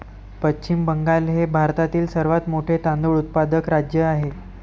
पश्चिम बंगाल हे भारतातील सर्वात मोठे तांदूळ उत्पादक राज्य आहे